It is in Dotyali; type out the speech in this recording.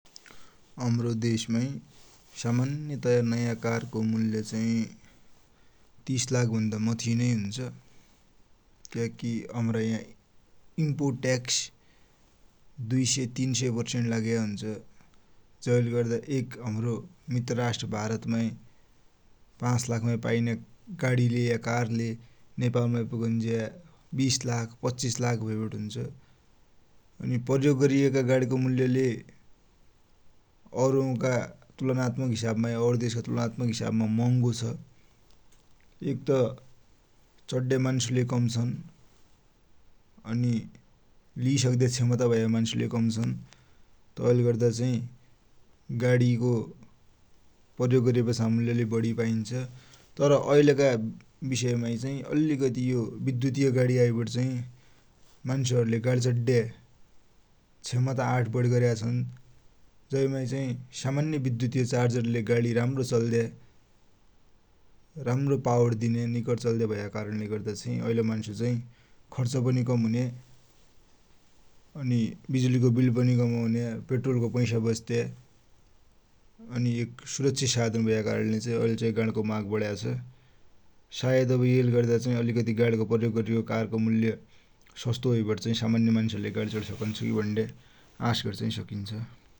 हमरो देशमाइ सामान्यतया नयाँ कारको मूल्य चाही तीस लाख भन्दा माथिनै हुन्छ। क्याकी हमरा या इम्पोर्ट ट्याक्स दुइ सय, तीन सय पर्सैण्ट लाग्या हुन्छ। जैले गद्दा एक हाम्रो मित्ररास्ट्र भारतमाइ पाँच लाख माइ पाइन्या गाडीलै कारलै नेपालमा पुगुन्ज्या बिष लाख पच्चीस लाख होइबटि हुन्छ, अनि प्रयोग गरियाका गाडीको मूल्यलै औरका तुलनात्मक हिसाबमा और देशका तुलनात्मक हिसाबमा महँगो छ। एक त चड्या मान्सुलै काम छन्, अनि लि सक्द्या क्षमता भया मान्सु लै कम छन्। तैले गद्दा चाही गाडीको प्रयोग गर्यापाछाको मुल्य लै बढी पाइन्छ। तर ऐलका बिषयमाइ चाही अलिकति यो बिद्धुतिया गाडी आइबटि चाहि मान्सुहरुले गाडी चड्या क्षमता आट बडी गर्याछन। जैमाइ चाही सामान्य बिद्धुतीय चार्जरले गाडी राम्रो चल्या, राम्रो पावर दिन्या, निकरि चल्या भया कारणले गर्दा चाही ऐल मान्सु चाही खर्च पनि कम हुन्या, अनि बिजुलीको बिल पनि कम औन्या, पेट्रोल को पैसा बच्द्या, अनि एक सुरक्षित साधान भया कारणले चाहि ऐलचाहि गाडीको माग बड्या छ। सायाद अब येले गर्दा चाही अलिकति गाडीको प्रगोग गरियो कारको मूल्य सस्तो होइबति चाही सामान्य मान्सलेलै गाडी चडिसकुन्छकि भुण्या आश गरि चाहि सकिन्छ।